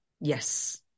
Yes